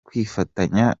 kwifatanya